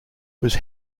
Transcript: was